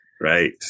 right